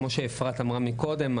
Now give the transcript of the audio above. כמו שאפרת אמרה מקודם,